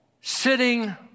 sitting